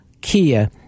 Kia